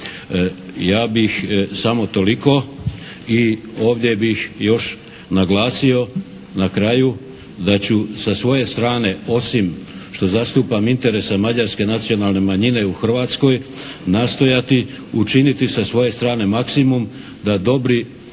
Ja bih samo toliko. I ovdje bih još naglasio na kraju da ću sa svoje strane osim što zastupam interese mađarske nacionalne manjine u Hrvatskoj nastojati učiniti sa svoje strane maksimum da dobri